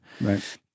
Right